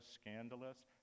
scandalous